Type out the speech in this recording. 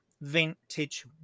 vintage